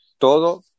Todo